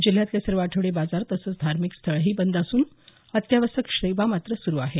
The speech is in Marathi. जिल्ह्यातले सर्व आठवडी बाजार तसंच धार्मिक स्थळंही बंद असून अत्यावश्यक सेवा मात्र सुरू आहेत